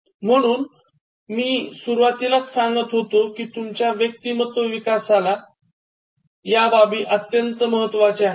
म्हणून मी सुरुवातीलाच सांगत होतो की तुमच्या व्यक्तिमत्व विकासाला या बाबी अत्यन्त महत्वाच्या आहेत